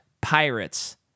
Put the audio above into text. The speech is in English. pirates